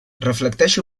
reflecteix